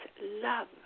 love